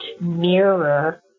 mirror